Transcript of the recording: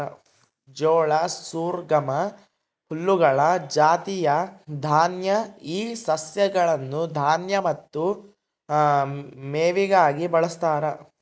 ಜೋಳ ಸೊರ್ಗಮ್ ಹುಲ್ಲುಗಳ ಜಾತಿಯ ದಾನ್ಯ ಈ ಸಸ್ಯಗಳನ್ನು ದಾನ್ಯ ಮತ್ತು ಮೇವಿಗಾಗಿ ಬಳಸ್ತಾರ